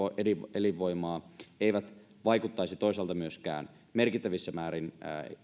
elinvoimaa eivät vaikuttaisi toisaalta myöskään merkittävissä määrin